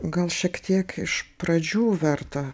gal šiek tiek iš pradžių verta